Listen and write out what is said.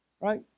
right